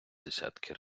десятки